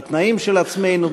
בתנאים של עצמנו.